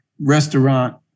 restaurant